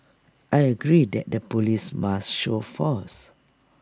I agree that the Police must show force